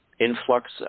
influx